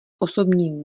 osobní